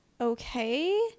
Okay